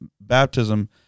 baptism